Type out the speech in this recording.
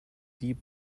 deep